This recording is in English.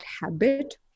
habit